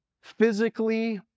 physically